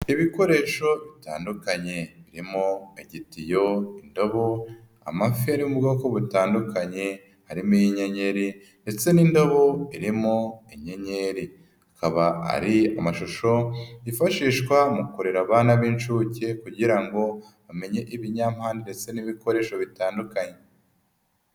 Ibikoresho bitandukanye birimo igitiyo, indobo, amafi ari mu bwoko butandukanye, harimo n'inyenyeri ndetse n'indobo irimo inyenyeri ikaba ari amashusho yifashishwa mu kurera abana b'inshuke, kugira ngo amenye ibinyampande ndetse n'ibikoresho bitandukanye.